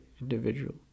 individual